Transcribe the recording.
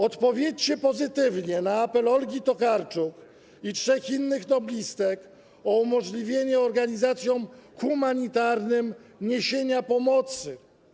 Odpowiedzcie pozytywnie na apel Olgi Tokarczuk i trzech innych noblistek o umożliwienie organizacjom humanitarnym niesienia pomocy.